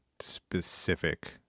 specific